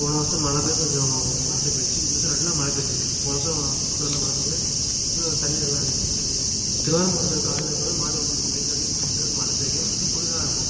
போன வருஷம் மழை பெய் கொஞ்சம் வறண்டு போயிடுச்சு இந்த வருஷம் நல்லா மழை பேஞ்சது போன வருஷம் போன வருஷம் நல்லா மழை பேஞ்சது சு தண்ணி நல்லா இருந்தது திருவாரூர் மாவட்டத்தோட காலநிலை எப்படின்னா மாற்றி வெயில் அடிக்கும் சில நேரத்தில் மழை பெய்யும் சில நேரத்தில் குளிராக இருக்கும்